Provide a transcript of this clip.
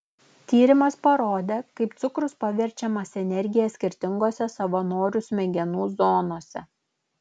tyrimas parodė kaip cukrus paverčiamas energija skirtingose savanorių smegenų zonose